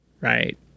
right